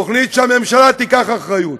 תוכנית שהממשלה תיקח אחריות,